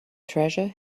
treasure